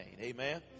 amen